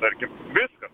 tarkim viskas